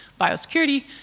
biosecurity